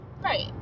Right